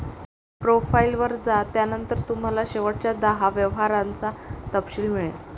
profile वर जा, त्यानंतर तुम्हाला शेवटच्या दहा व्यवहारांचा तपशील मिळेल